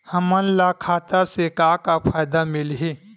हमन ला खाता से का का फ़ायदा मिलही?